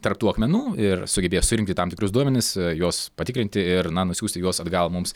tarp tų akmenų ir sugebėjo surinkti tam tikrus duomenis juos patikrinti ir na nusiųsti juos atgal mums